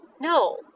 No